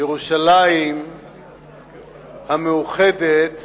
ירושלים המאוחדת